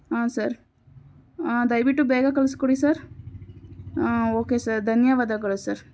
ಹಾಂ ಸರ್ ದಯವಿಟ್ಟು ಬೇಗ ಕಳಿಸ್ಕೊಡಿ ಸರ್ ಹಾಂ ಓಕೆ ಸರ್ ಧನ್ಯವಾದಗಳು ಸರ್